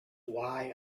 why